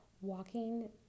walking